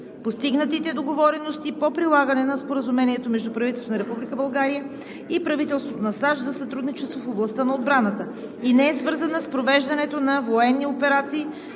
постигнатите договорености по прилагане на Споразумение между правителството на Република България и правителството на САЩ за сътрудничество в областта на отбраната и не е свързана с провеждането на военни операции,